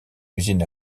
usine